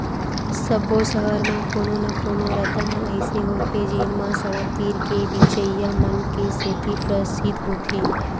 सब्बो सहर म कोनो न कोनो रद्दा ह अइसे होथे जेन म सड़क तीर के बेचइया मन के सेती परसिद्ध होथे